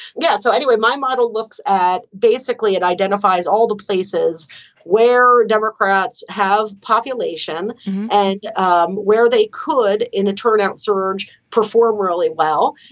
yeah. so anyway, my model looks at basically it identifies all the places where democrats have population and um where they could, in a turnout surge, perform really well.